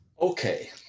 Okay